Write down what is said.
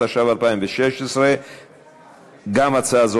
התשע"ו 2016. גם הצעה זו,